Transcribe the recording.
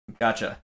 gotcha